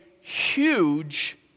huge